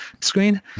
screen